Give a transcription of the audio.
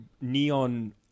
neon